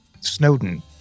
Snowden